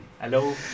Hello